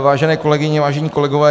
Vážené kolegyně, vážení kolegové.